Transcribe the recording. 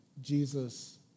Jesus